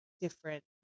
different